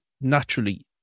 naturally